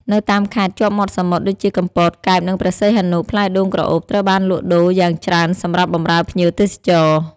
នៅតាមខេត្តជាប់មាត់សមុទ្រដូចជា កំពត កែប និងព្រះសីហនុ ផ្លែដូងក្រអូបត្រូវបានលក់ដូរយ៉ាងច្រើនសម្រាប់បម្រើភ្ញៀវទេសចរ។